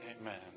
Amen